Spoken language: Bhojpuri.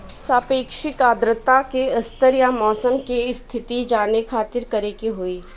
सापेक्षिक आद्रता के स्तर या मौसम के स्थिति जाने खातिर करे के होई?